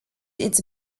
its